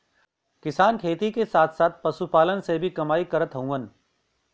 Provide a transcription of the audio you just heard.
किसान खेती के साथ साथ पशुपालन से भी कमाई करत हउवन